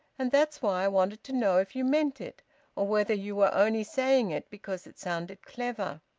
and that's why i wanted to know if you meant it or whether you were only saying it because it sounded clever.